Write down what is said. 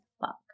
fuck